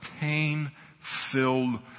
pain-filled